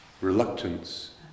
reluctance